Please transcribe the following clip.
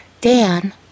Dan